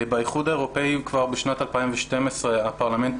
באיחוד האירופי כבר בשנת 2012 הפרלמנט